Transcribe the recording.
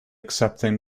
accepting